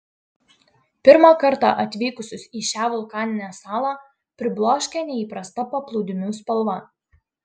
pirmą kartą atvykusius į šią vulkaninę salą pribloškia neįprasta paplūdimių spalva